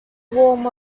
warm